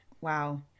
wow